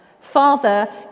Father